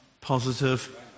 positive